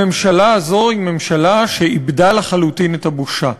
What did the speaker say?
הממשלה הזו היא ממשלה שאיבדה לחלוטין את הבושה.